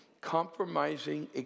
compromising